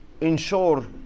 ensure